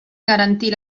garantir